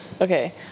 Okay